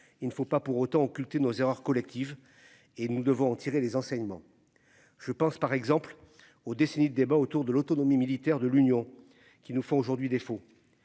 Il ne faut pas pour autant occulter nos erreurs collectives et nous devons tirer les enseignements. Je pense par exemple aux décennies le débat autour de l'autonomie militaire de l'Union qui nous font aujourd'hui défaut.